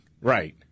Right